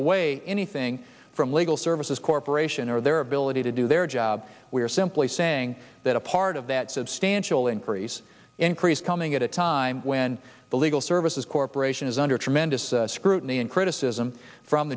away anything from legal services corporation or their ability to do their job we are simply saying that a part of that substantial increase increase coming at a time when the legal services corporation is under tremendous scrutiny and criticism from